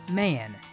Man